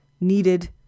needed